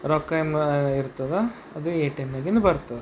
ರೊಕ್ಕ ಏನು ಇರ್ತದೆ ಅದು ಎ ಟಿ ಎಮ್ಗಿನ್ನು ಬರ್ತದೆ